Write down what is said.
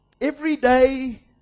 Everyday